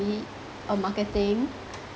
a marketing